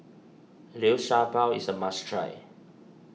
Liu Sha Bao is a must try